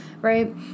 right